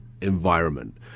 environment